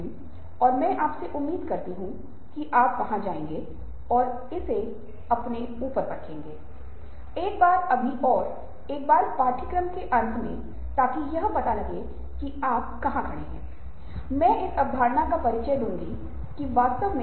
इसलिए हम इन धारणाओं को इस तथ्य को ध्यान में रखते हुए देखने की कोशिश करेंगे कि जब भारतीय पारंपरिक में समानुभूति की अवधारणा की बात आती है हालांकि यह शब्द ग्रीक और यूरोपीय संदर्भ से आने पर भी बहुत महत्वपूर्ण भूमिका निभाता है